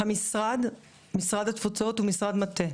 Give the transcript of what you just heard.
משרד התפוצות הוא משרד מטה.